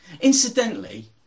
Incidentally